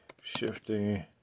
Shifting